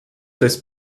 des